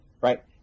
right